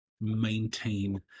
maintain